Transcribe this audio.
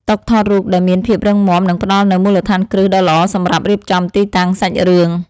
តុថតរូបដែលមានភាពរឹងមាំនឹងផ្តល់នូវមូលដ្ឋានគ្រឹះដ៏ល្អសម្រាប់រៀបចំទីតាំងសាច់រឿង។